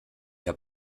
hab